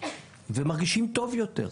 ומרגישים טוב יותר.